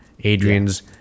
adrian's